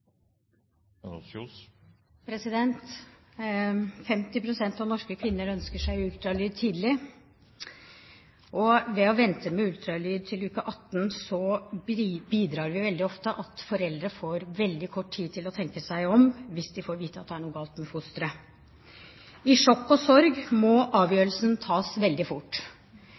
av norske kvinner ønsker seg ultralyd tidlig. Det å vente med ultralyd til uke 18 bidrar veldig ofte til at foreldre får veldig kort tid til å tenke seg om hvis de får vite at det er noe galt med fosteret. I sjokk og sorg må avgjørelsen tas veldig fort.